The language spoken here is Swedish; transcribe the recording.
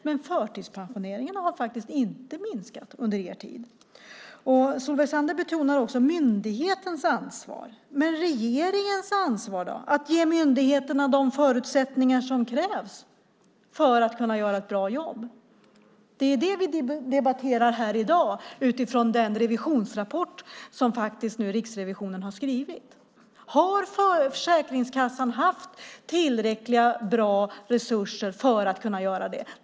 Men förtidspensioneringarna har inte minskat under er tid. Solveig Zander betonar också myndighetens ansvar. Men hur är det med regeringens ansvar att ge myndigheterna de förutsättningar som krävs för att kunna göra ett bra jobb? Det är vad vi debatterar här i dag utifrån den revisionsrapport som Riksrevisionen har skrivit. Har Försäkringskassan haft tillräckligt bra resurser för att kunna göra detta?